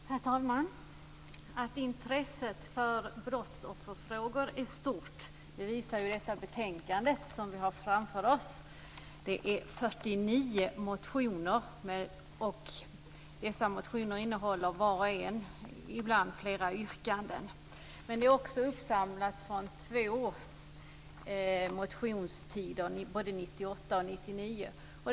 Herr talman! Att intresset för brottsofferfrågor är stort visar detta betänkande som vi har framför oss. Här behandlas 49 motioner, och ibland innehåller dessa motioner var och en flera yrkanden. De är uppsamlade från två motionstider, både 1998 och 1999.